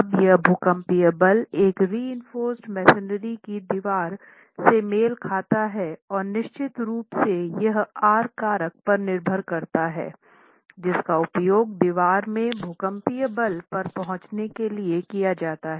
अब यह भूकंपीय बल एक रिइनफ़ोर्स मेसनरी की दीवार से मेल खाता है और निश्चित रूप से यह R कारक पर निर्भर करता है जिसका उपयोग दीवार में भूकंपीय बल पर पहुंचने के लिए किया जाता है